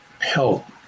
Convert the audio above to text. help